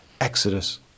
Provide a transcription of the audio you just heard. Exodus